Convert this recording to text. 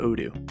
Odoo